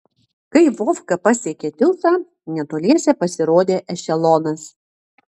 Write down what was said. kai vovka pasiekė tiltą netoliese pasirodė ešelonas